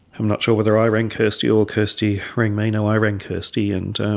i'm not sure whether i rang kirstie or kirstie ring me, no, i rang kirstie. and